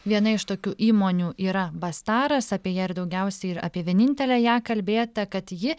viena iš tokių įmonių yra bastaras apie ją ir daugiausiai apie vienintelę ją kalbėta kad ji